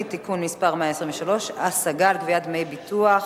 (תיקון מס' 123) (השגה על קביעת דמי ביטוח).